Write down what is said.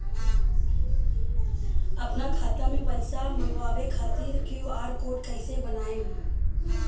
आपन खाता मे पैसा मँगबावे खातिर क्यू.आर कोड कैसे बनाएम?